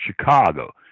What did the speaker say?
Chicago